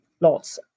lots